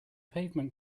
pavement